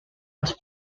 was